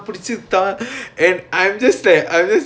oh